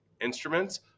instruments